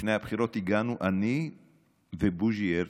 לפני הבחירות הגענו אני ובוז'י הרצוג,